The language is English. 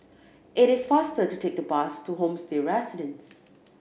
it is faster to take the bus to Homestay Residences